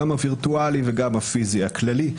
גם הווירטואלי וגם הפיזי הכללי.